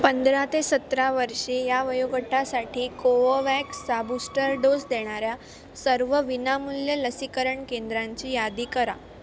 पंधरा ते सतरा वर्षे या वयोगटासाठी कोवोवॅक्सचा बूस्टर डोस देणाऱ्या सर्व विनामूल्य लसीकरण केंद्रांची यादी करा